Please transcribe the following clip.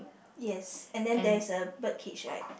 yes and then there is a bird cage right